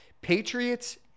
Patriots